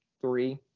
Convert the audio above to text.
three